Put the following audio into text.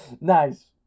Nice